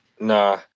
Nah